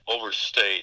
overstate